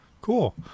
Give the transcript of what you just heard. Cool